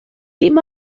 dim